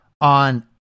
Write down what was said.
on